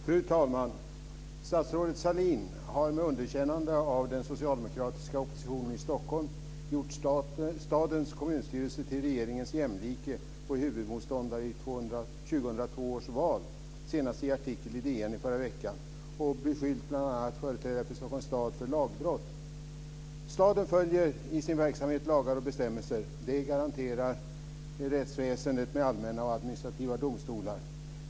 Fru talman! Statsrådet Sahlin har med underkännande av den socialdemokratiska oppositionen i Stockholm gjort stadens kommunstyrelse till regeringens jämlike och huvudmotståndare i 2002 års val. Senast skedde det i en artikel i DN i förra veckan. Hon har bl.a. beskyllt företrädare för Stockholms stad för lagbrott. Staden följer lagar och bestämmelser i sin verksamhet. Det garanterar rättsväsendet med allmänna och administrativa domstolar.